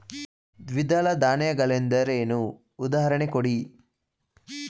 ದ್ವಿದಳ ಧಾನ್ಯ ಗಳೆಂದರೇನು, ಉದಾಹರಣೆ ಕೊಡಿ?